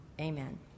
amen